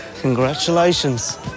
Congratulations